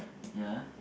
ya